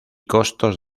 costos